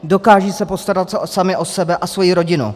Dokážou se postarat sami o sebe a svoji rodinu.